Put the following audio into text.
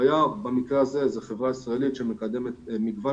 היה במקרה הזה זה חברה ישראלית שמקדמת מגוון